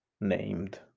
named